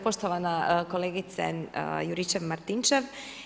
Poštovana kolegice Juričev-Martinčev.